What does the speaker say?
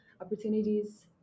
opportunities